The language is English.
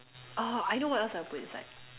oh I know what else I put inside